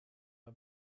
her